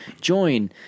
join